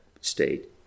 state